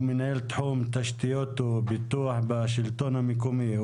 הוא מנהל תחום תשתיות ופיתוח בשלטון המקומי.